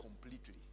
completely